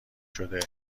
شده